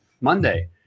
Monday